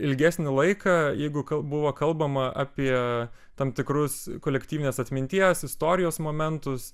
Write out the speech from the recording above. ilgesnį laiką jeigu ka buvo kalbama apie tam tikrus kolektyvinės atminties istorijos momentus